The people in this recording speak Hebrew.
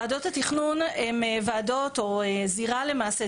ועדות התכנון הן ועדות או זירה למעשה,